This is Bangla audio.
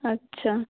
আচ্ছা